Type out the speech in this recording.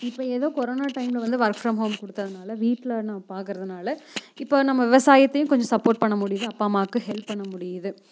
இப்போது ஏதோ கொரோனா டைமில் வந்து ஒர்க் ஃப்ரம் ஹோம் கொடுத்ததுனால வீட்டில் நான் பாக்கிறதுனால இப்போ நம்ம விவசாயத்தையும் கொஞ்சம் சப்போர்ட் பண்ண முடியுது அப்பா அம்மாக்கு ஹெல்ப் பண்ண முடியுது